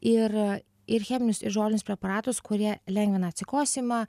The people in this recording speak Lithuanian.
ir ir cheminius ir žolinius preparatus kurie lengvina atsikosėjimą